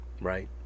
Right